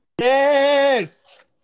Yes